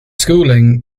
schooling